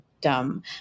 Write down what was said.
dumb